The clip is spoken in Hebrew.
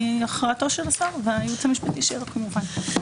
אחריותו של השר והייעוץ המשפטי שלו כמובן.